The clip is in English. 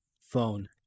phone